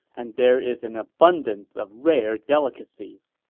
and there is an abundance of rare delicacies.